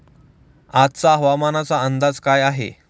आजचा हवामानाचा अंदाज काय आहे?